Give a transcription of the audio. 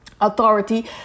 authority